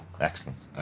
Excellent